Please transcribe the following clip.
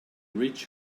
rich